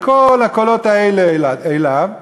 את כל הקולות האלה אליו,